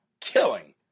killing